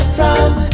time